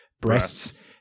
breasts